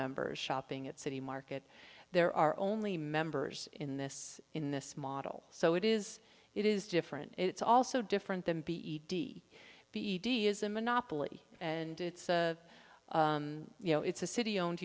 members shopping at city market there are only members in this in this model so it is it is different it's also different than b e d b e d is a monopoly and it's a you know it's a city owned